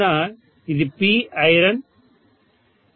కావున ఇది PIron